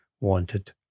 wanted